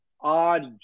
odd